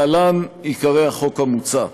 להלן עיקרי החוק המוצע: